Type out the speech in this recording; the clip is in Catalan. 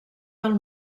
del